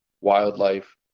wildlife